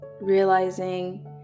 realizing